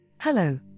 Hello